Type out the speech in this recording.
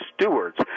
stewards